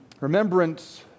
Remembrance